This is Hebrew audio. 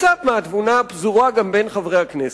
קצת מהתבונה פזורה גם בין חברי הכנסת.